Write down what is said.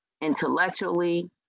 intellectually